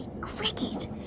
cricket